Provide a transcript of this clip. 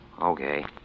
Okay